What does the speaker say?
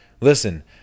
Listen